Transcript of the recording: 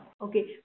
Okay